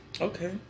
Okay